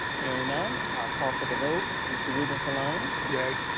hearing none i'll call for the vote. mr. ruben colon. um yea.